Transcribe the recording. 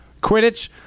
Quidditch